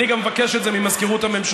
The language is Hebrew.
אני גם מבקש את זה ממזכירות הממשלה,